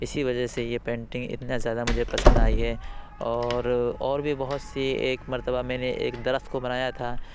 اسی وجہ سے یہ پینٹنگ اتنا زیادہ مجھے پسند آئی ہے اور اور بھی بہت سی ایک مرتبہ میں نے ایک درخت کو بنایا تھا